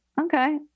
okay